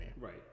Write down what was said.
Right